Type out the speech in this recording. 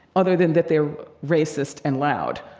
other than that they're racist and loud.